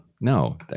No